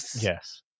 Yes